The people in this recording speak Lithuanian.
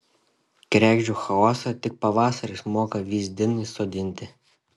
kregždžių chaosą tik pavasaris moka vyzdin įsodinti